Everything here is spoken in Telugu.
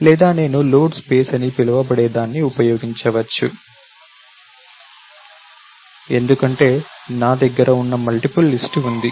లేదా నేను లోడ్ స్పేస్ అని పిలవబడేదాన్ని ఉపయోగించవచ్చు ఎందుకంటే నా దగ్గర ఉన్న మల్టిపుల్ లిస్ట్ ఉంది